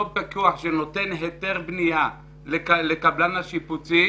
אותו פקח שנותן היתר בנייה לקבלן השיפוצים